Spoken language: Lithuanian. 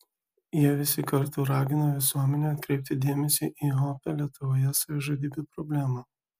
jie visi kartu ragino visuomenę atkreipti dėmesį į opią lietuvoje savižudybių problemą